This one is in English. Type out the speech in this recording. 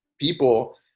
people